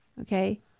Okay